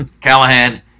Callahan